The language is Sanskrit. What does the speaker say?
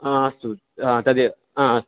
अस्तु तदेव